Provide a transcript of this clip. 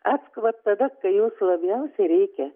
atskubat tada kai jūsų labiausiai reikia